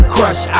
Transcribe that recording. Crush